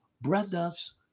brothers